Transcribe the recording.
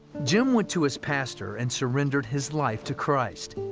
jim went to his pastor, and surrendered his life to christ.